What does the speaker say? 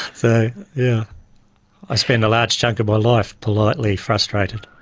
so yeah i spend a large chunk of my life politely frustrated.